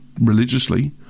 religiously